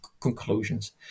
conclusions